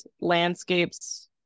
landscapes